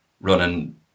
running